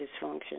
dysfunction